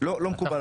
לא מקובל עלי.